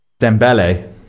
Dembele